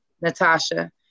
Natasha